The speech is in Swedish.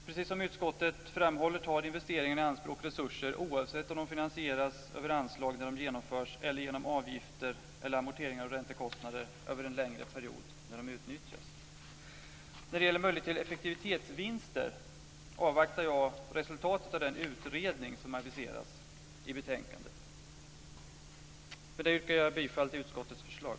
Precis som utskottet framhåller tar investeringarna i anspråk resurser oavsett om de finansieras över anslag när de genomförs eller genom avgifter, alternativt amorteringar och räntekostnader, över en längre period när de utnyttjas. När det gäller möjlighet till effektivitetsvinster avvaktar jag resultatet av den utredning som aviseras i betänkandet. Med det yrkar jag bifall till utskottets förslag.